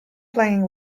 playing